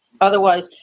Otherwise